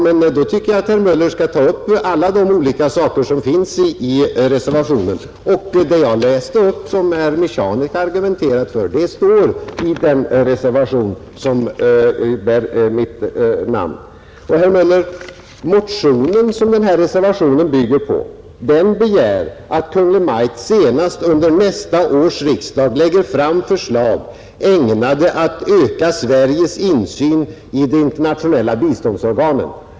Men då tycker jag att herr Möller skall ta upp alla de olika saker som finns i reservationen. Det som jag läste upp och det som herr Michanek argumenterat för står i den reservation som bär mitt namn. Den motion som denna reservation bygger på begär att Kungl. Maj:t senast under nästa års riksdag lägger fram förslag ägnade att öka Sveriges insyn i de internationella biståndsorganen.